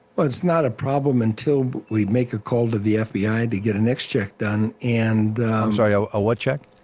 well it's not a problem until we make a call to the fbi and to get a nics check done and sorry, ah a what check?